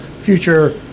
future